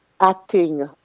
acting